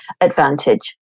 advantage